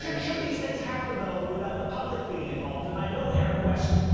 should these things happen, though, without the public being involved? and i know, eric wesson,